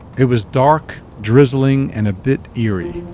it was dark, drizzling and a bit eerie.